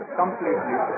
completely